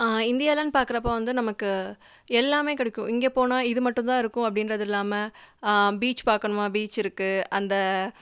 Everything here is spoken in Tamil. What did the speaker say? இந்தியாவில்ன்னு பார்க்குறப்போ வந்து நமக்கு எல்லாமே கிடைக்கும் இங்கே போனால் இது மட்டும் தான் இருக்கும் அப்படின்றது இல்லாமல் பீச் பார்க்கணுமா பீச் இருக்குது அந்த